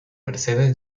mercedes